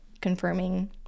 confirming